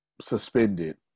suspended